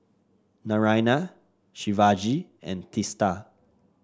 Naraina Shivaji and Teesta